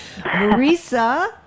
Marisa